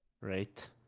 right